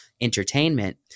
entertainment